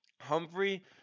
Humphrey